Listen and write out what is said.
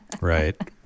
Right